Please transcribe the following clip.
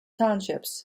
townships